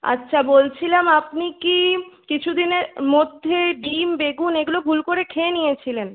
আচ্ছা বলছিলাম আপনি কি কিছু দিনের মধ্যে ডিম বেগুন এগুলো ভুল করে খেয়ে নিয়েছিলেন